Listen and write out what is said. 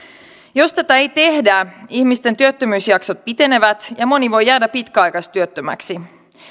jos tätä ei tehdä ihmisten työttömyysjaksot pitenevät ja moni voi jäädä pitkäaikaistyöttömäksi